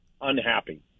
unhappy